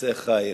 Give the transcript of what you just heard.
עושה חיל